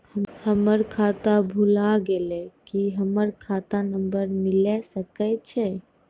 हमर खाता भुला गेलै, की हमर खाता नंबर मिले सकय छै?